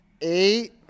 eight